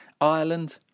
Ireland